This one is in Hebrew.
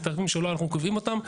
אלה תעריפים שלא אנחנו קובעים אותם,